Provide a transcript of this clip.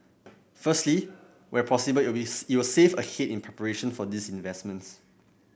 firstly where possible it will save ahead in preparation for these investments